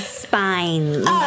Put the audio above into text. spines